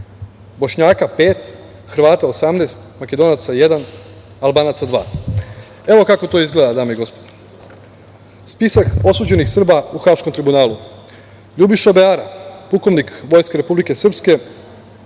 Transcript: Bošnjaka pet, Hrvata 18, Makedonaca jedan, Albanaca dva. Evo kako to izgleda, dame i gospodo – spisak osuđenih Srba u Haškom tribunalu – Ljubiša Beara, pukovnik Vojske Republike Srpske